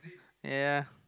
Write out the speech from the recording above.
ya